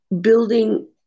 building